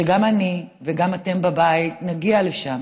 שגם אני וגם אתם בבית נגיע לשם